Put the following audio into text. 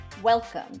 Welcome